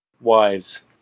wives